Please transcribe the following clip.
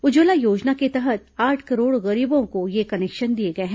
उज्जवला योजना के तहत आठ करोड़ गरीबों को ये कनेक्शन दिए गए हैं